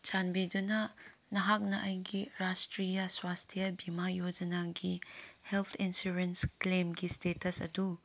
ꯆꯥꯟꯕꯤꯗꯨꯅ ꯅꯍꯥꯛꯅ ꯑꯩꯒꯤ ꯔꯥꯁꯇ꯭ꯔꯤꯌꯥ ꯋ꯭ꯋꯥꯁꯊꯤꯌꯥ ꯕꯤꯃꯥ ꯌꯣꯖꯅꯥꯒꯤ ꯍꯦꯜꯊ ꯏꯟꯁꯨꯔꯦꯟꯁ ꯀ꯭ꯂꯦꯝꯒꯤ ꯏꯇꯦꯇꯁ ꯑꯗꯨ